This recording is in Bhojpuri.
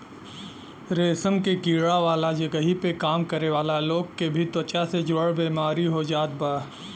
रेशम के कीड़ा वाला जगही पे काम करे वाला लोग के भी त्वचा से जुड़ल बेमारी हो जात बा